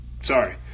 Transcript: Sorry